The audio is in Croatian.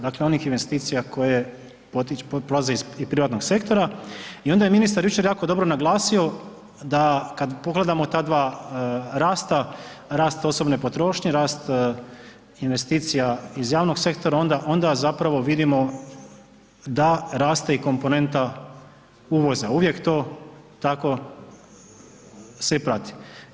Dakle, onih investicija koje polaze iz privatnog sektora i onda je ministar jučer jako dobro naglasio da kad pogledamo ta dva rasta, rast osobne potrošnje, rast investicija iz javnog sektora onda zapravo vidimo da raste i komponenta uvoza, uvijek to tako se i prati.